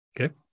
Okay